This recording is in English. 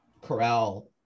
corral